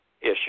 issue